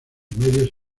medios